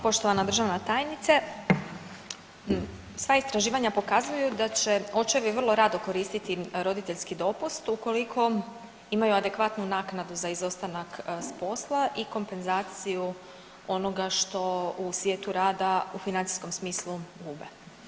Poštovana državna tajnice sva istraživanja pokazuju da će očevi vrlo rado koristiti roditeljski dopust ukoliko imaju adekvatnu naknadu za izostanak s posla i kompenzaciju onoga što u svijetu rada u financijskom smislu gube.